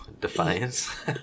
defiance